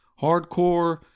hardcore